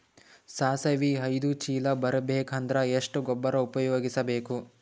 ಸಾಸಿವಿ ಐದು ಚೀಲ ಬರುಬೇಕ ಅಂದ್ರ ಎಷ್ಟ ಗೊಬ್ಬರ ಉಪಯೋಗಿಸಿ ಬೇಕು?